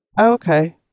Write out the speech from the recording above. Okay